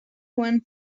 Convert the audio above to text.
when